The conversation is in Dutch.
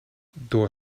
door